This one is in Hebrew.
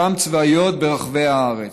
קדם-צבאיות ברחבי הארץ.